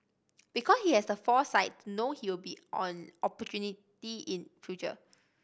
because he has the foresight know he will be an opportunity in future